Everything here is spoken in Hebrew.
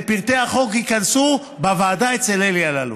לפרטי החוק ייכנסו בוועדה אצל אלי אלאלוף,